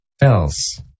Else